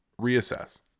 reassess